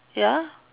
ya